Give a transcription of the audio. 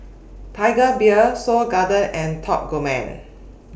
Tiger Beer Seoul Garden and Top Gourmet